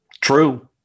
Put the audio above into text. True